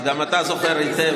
אז גם אתה זוכר היטב